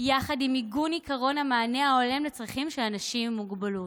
יחד עם עיגון עקרון המענה ההולם לצורכיהם של אנשים עם מוגבלות".